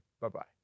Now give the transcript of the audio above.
Bye-bye